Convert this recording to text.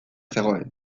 zegoen